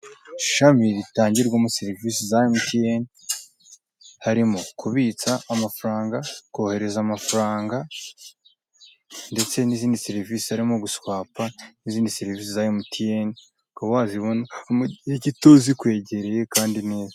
Ishami ritangirwamo serivise za emutiyene harimo kubitsa amafaranga, kohereza amafaranga, ndetse n'izindi serivise harimo guswapa n'izindi serivise za emutiyeme, ukaba wazibona mu gihe gito zikwegereye kandi neza.